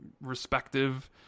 respective